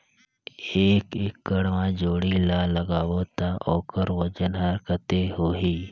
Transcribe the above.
एक एकड़ मा जोणी ला लगाबो ता ओकर वजन हर कते होही?